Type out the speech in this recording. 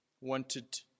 wanted